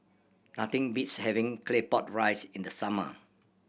nothing beats having Claypot Rice in the summer